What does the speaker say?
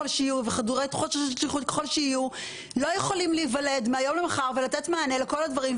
לא יכולים להיוולד מהיום למחר ולתת מענה לכל הדברים,